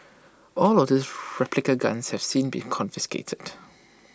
all of his replica guns have since been confiscated